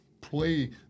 play